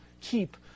keep